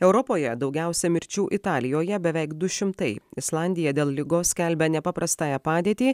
europoje daugiausiai mirčių italijoje beveik du šimtai islandija dėl ligos skelbia nepaprastąją padėtį